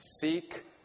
seek